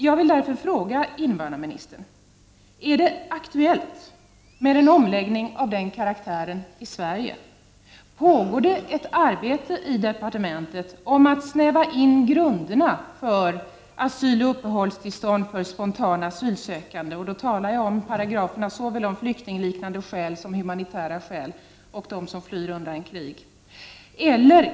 Jag vill därför fråga invandrarministern: Är det aktuellt med en omläggning av den karaktären i Sverige? Pågår det ett arbete i departementet på att göra grunderna för asyloch uppehållstillstånd snävare för spontant asylsökande? Då talar jag om de paragrafer som gäller såväl flyktingliknande skäl som humanitära skäl och även de som gäller dem som flyr undan krig.